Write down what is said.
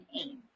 aim